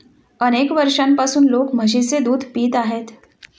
अनेक वर्षांपासून लोक म्हशीचे दूध पित आहेत